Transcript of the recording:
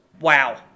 wow